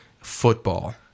Football